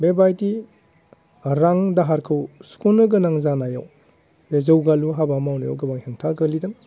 बेबायदि रां दाहारखौ सुखनो गोनां जानायाव बे जौगालु हाबा मावनायाव गोबां हेंथा गोलैदों